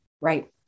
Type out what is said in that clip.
Right